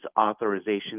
authorization